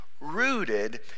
rooted